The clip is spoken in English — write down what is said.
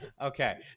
Okay